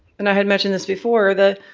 and i had mentioned this before, that